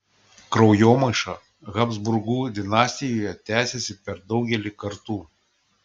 kraujomaiša habsburgų dinastijoje tęsėsi per daugelį kartų